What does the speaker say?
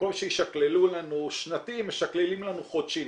בקושי שקללו לנו שנתי, משקללים לנו חודשי.